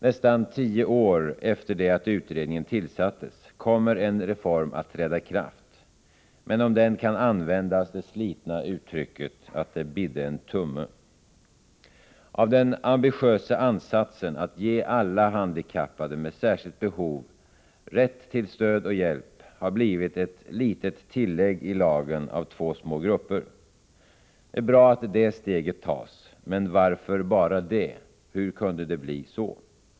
Nästan tio år efter det att utredningen tillsattes kommer en reform att träda i kraft. Men om den kan användas det slitna uttrycket att det bidde en tumme. Av den ambitiösa ansatsen att ge alla handikappade med särskilt behov rätt till stöd och hjälp har blivit ett litet tillägg i lagen av två små grupper. Det är bra att det steget tas men varför bara det? Hur kunde det bli så?